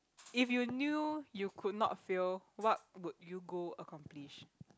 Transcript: if you knew you could not fail what would you go accomplish